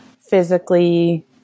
physically